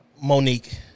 monique